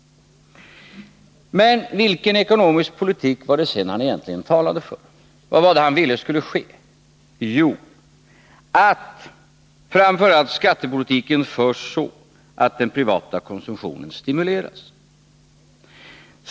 Men vilken ekonomisk politik var det som Lars Tobisson sedan talade för? Vad var det han ville skulle ske? Jo, att framför allt skattepolitiken förs så att den privata konsumtionen stimuleras.